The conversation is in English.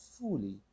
fully